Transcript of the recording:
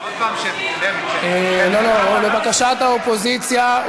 לבקשת האופוזיציה,